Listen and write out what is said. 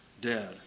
dead